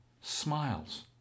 Smiles